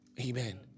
Amen